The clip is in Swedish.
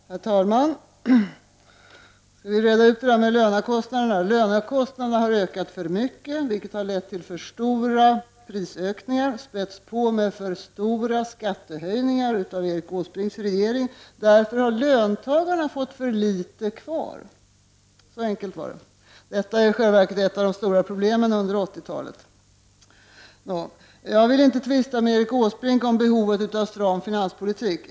Herr talman! Jag skall reda ut frågan om lönekostnaderna. Lönekostnaderna har ökat för mycket, vilket har lett till för stora prisökningar. De har spätts på med för stora skattehöjningar av Erik Åsbrinks regering, och därför har löntagarna fått för litet kvar. Så enkelt var det. Detta var i själva verket ett av de stora problemen under 80-talet. Jag vill inte tvista med Erik Åsbrink om behovet av stram finanspolitik.